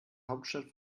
hauptstadt